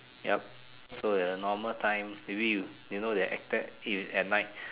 yup so their normal time maybe you know their actor is at night